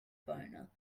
boner